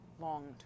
long